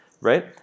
right